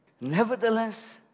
nevertheless